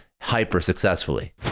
hyper-successfully